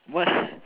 what